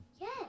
Yes